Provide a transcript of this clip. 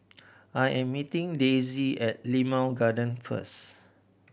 I am meeting Daisy at Limau Garden first